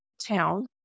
town